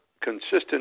consistent